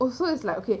oh so it's like okay